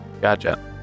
gotcha